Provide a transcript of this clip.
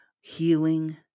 healing